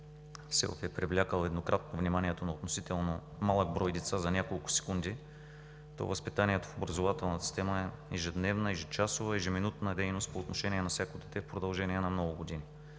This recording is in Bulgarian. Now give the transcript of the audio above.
е привлякъл еднократно вниманието на относително малък брой деца за няколко секунди, то възпитанието в образователната система е ежедневна, ежечасна, ежеминутна дейност по отношение на всяко дете в продължение на много години.